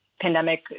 pandemic